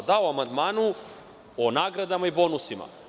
Da, govorim o amandmanu, o nagradama i bonusima.